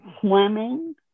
swimming